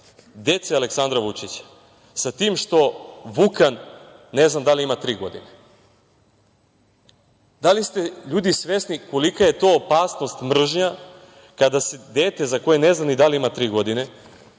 dece Aleksandra Vučića. Sa tim što Vukan ne znam da li ima tri godine. Da li ste, ljudi, svesni kolika je to opasnost, mržnja, kada se dete, za koje se ne zna ni da li ima tri godine,